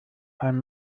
ein